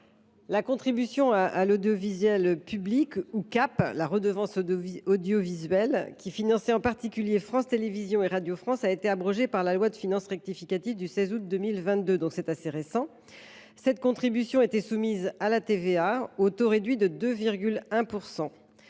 La contribution à l’audiovisuel public (CAP), l’ex redevance audiovisuelle, qui finançait en particulier France Télévisions et Radio France, a été abrogée par la loi de finances rectificative du 16 août 2022. La CAP était soumise à la TVA au taux réduit de 2,1 %.